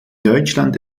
deutschland